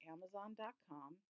Amazon.com